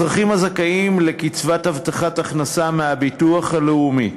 אזרחים הזכאים לקצבת הבטחת הכנסה מהביטוח הלאומי,